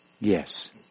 Yes